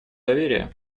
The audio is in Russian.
доверия